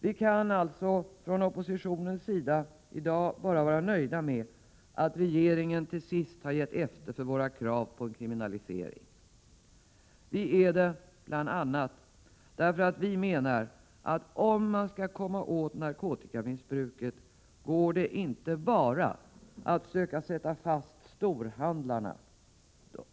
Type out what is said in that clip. Vi kan alltså från oppositionens sida i dag bara vara nöjda med att regeringen till sist har gett efter för våra krav på en kriminalisering. Vi menar att om man skall komma åt narkotikamissbruket går det inte att bara söka sätta fast storhandlarna.